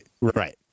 Right